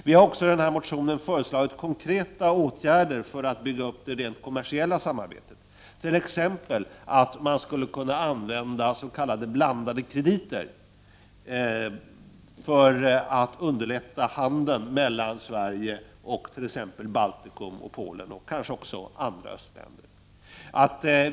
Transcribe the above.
Vi har också i den här motionen föreslagit konkreta åtgärder för att bygga upp det rent kommersiella samarbetet. Man skulle t.ex. kunna använda s.k. blandade krediter för att utveckla handeln mellan Sverige och exempelvis Baltikum, Polen och kanske även andra östländer.